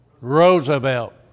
Roosevelt